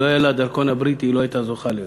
אם לא היה הדרכון הבריטי היא לא הייתה זוכה לזה.